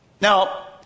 Now